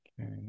okay